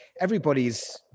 everybody's